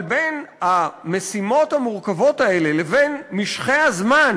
אבל בין המשימות המורכבות האלה לבין משכי הזמן